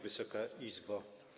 Wysoka Izbo!